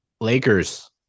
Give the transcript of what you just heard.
Lakers